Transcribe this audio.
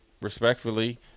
respectfully